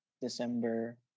December